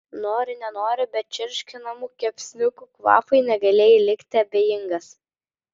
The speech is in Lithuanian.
nori nenori bet čirškinamų kepsniukų kvapui negalėjai likti abejingas